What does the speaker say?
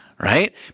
right